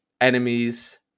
enemies